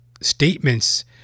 statements